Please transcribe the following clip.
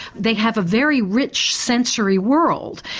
they have a very rich sensory world,